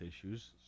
issues